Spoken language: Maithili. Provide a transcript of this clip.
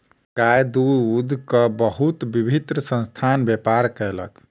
गाय दूधक बहुत विभिन्न संस्थान व्यापार कयलक